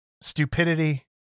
stupidity